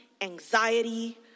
anxiety